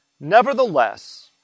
Nevertheless